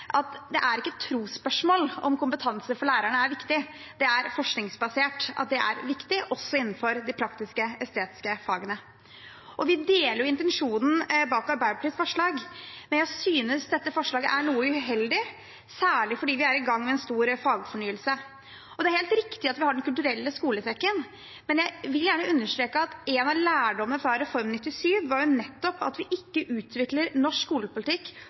det er ikke et trosspørsmål om kompetanse for lærerne er viktig. Det er forskningsbasert at det er viktig, også innenfor de praktisk-estetiske fagene. Vi deler intensjonen bak Arbeiderpartiets forslag, men jeg synes dette forslaget er noe uheldig, særlig fordi vi er i gang med en stor fagfornyelse. Det er helt riktig at vi har Den kulturelle skolesekken, men jeg vil gjerne understreke at en av lærdommene fra Reform 97 nettopp var at vi ikke utvikler norsk skolepolitikk